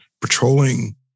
patrolling